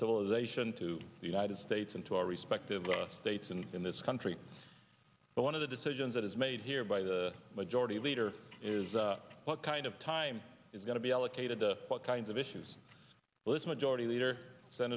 civilization to the united states and to our respective states and in this country but one of the decisions that is made here by the majority leader is what kind of time is going to be allocated to what kinds of issues with this majority leader sen